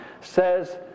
says